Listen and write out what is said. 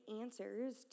answers